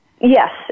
Yes